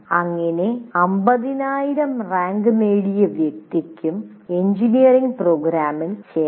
ഒരു 50000 റാങ്ക് നേടിയ വ്യക്തിക്കും എഞ്ചിനീയറിംഗ് പ്രോഗ്രാമിൽ ചേരാം